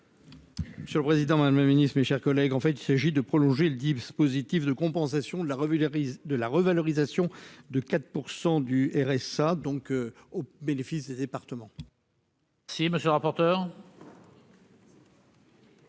Monsieur le Président, Madame la Ministre, mes chers collègues, en fait, il s'agit de prolonger le positif de compensation de la revue les risques de la revalorisation de 4 % du RSA donc au bénéfice des départements. Si monsieur rapporteur.